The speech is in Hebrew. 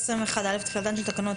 תחילתן של תקנות